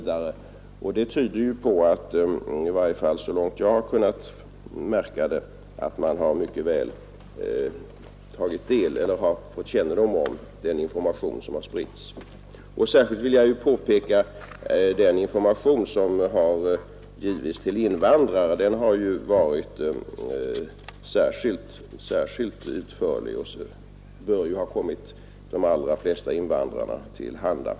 Det tyder på — i varje fall så långt jag har kunnat märka — att man har fått mycket god kännedom om den information som spritts. Särskilt vill jag påpeka den information som har givits till invandrare. Den har ju varit speciellt utförlig och bör ha kommit de allra flesta till del.